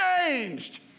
changed